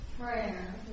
prayer